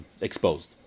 exposed